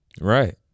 right